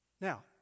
Now